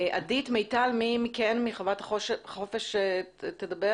עדית, מיטל, מי מכן מחוות החופש תדבר?